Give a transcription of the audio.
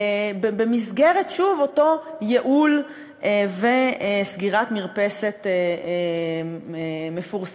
במסגרת, שוב, אותו ייעול לסגירת מרפסת מפורסם?